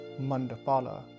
Mandapala